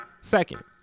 Second